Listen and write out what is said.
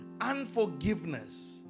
Unforgiveness